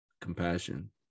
compassion